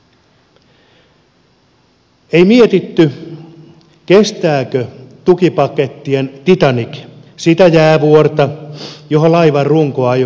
ei mietitty kestääkö tukipakettien titanic sitä jäävuorta johon laivan runkoa ei ole suunniteltu